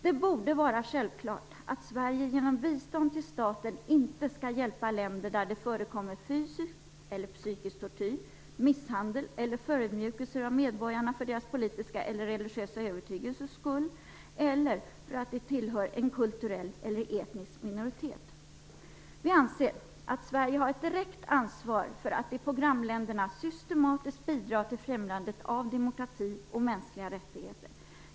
Det borde vara självklart att Sverige genom bistånd till staten inte skall hjälpa länder där det förekommer fysisk eller psykisk tortyr, misshandel eller förödmjukelser av medborgarna för deras politiska eller religiösa övertygelses skull eller för att de tillhör en kulturell eller etnisk minoritet. Vi anser att Sverige har ett direkt ansvar för att i programländerna systematiskt bidra till främjandet av demokrati och mänskliga rättigheter.